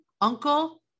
uncle